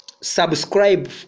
subscribe